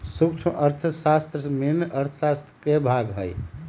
सूक्ष्म अर्थशास्त्र मेन अर्थशास्त्र के भाग हई